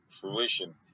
fruition